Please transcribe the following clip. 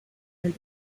and